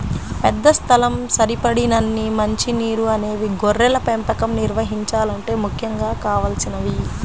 పెద్ద స్థలం, సరిపడినన్ని మంచి నీరు అనేవి గొర్రెల పెంపకం నిర్వహించాలంటే ముఖ్యంగా కావలసినవి